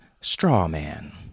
Strawman